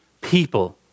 people